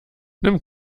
nimm